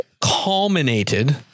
culminated